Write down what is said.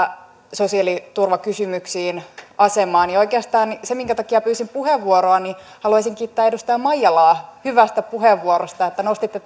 sosiaaliturvakysymyksiin asemaan oikeastaan syy siihen minkä takia pyysin puheenvuoroa on että haluaisin kiittää edustaja maijalaa hyvästä puheenvuorosta että nostitte